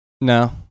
No